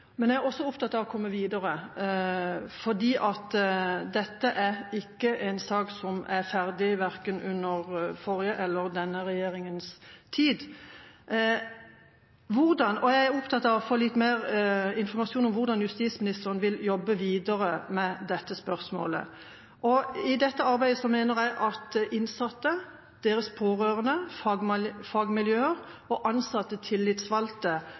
Men jeg er også opptatt av å komme videre, for dette er ikke en sak som er ferdig verken under forrige eller denne regjeringas tid. Jeg er opptatt av å få litt mer informasjon om hvordan justisministeren vil jobbe videre med dette spørsmålet. I dette arbeidet mener jeg at de innsatte, deres pårørende, fagmiljøer og ansatte tillitsvalgte